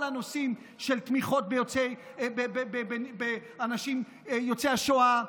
הנושאים של תמיכות באנשים ניצולי השואה,